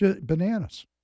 Bananas